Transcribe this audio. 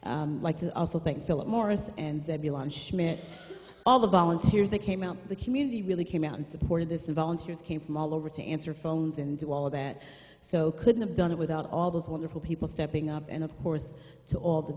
well like to also thank philip morris and said we launched schmidt all the volunteers that came out the community really came out and supported this volunteers came from all over to answer phones and do all that so couldn't have done it without all those wonderful people stepping up and of course to all the